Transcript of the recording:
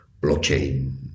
blockchain